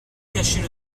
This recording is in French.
cachaient